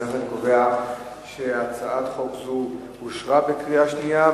אם כך, אני קובע שהצעת חוק זו אושרה בקריאה שנייה.